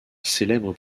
célèbre